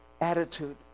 attitude